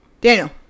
Daniel